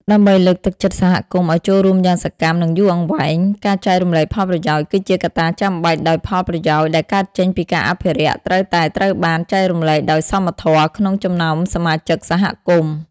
ដើម្បីលើកទឹកចិត្តសហគមន៍ឱ្យចូលរួមយ៉ាងសកម្ម និងយូរអង្វែង ការចែករំលែកផលប្រយោជន៍ គឺជាកត្តាចាំបាច់ ដោយផលប្រយោជន៍ដែលកើតចេញពីការអភិរក្ស ត្រូវតែត្រូវបាន ចែករំលែកដោយសមធម៌ ក្នុងចំណោមសមាជិកសហគមន៍។